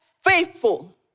faithful